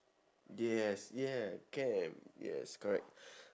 yes yeah can yes correct